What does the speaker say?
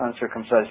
uncircumcised